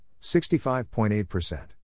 65.8%